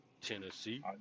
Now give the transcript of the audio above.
Tennessee